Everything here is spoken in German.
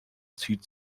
zieht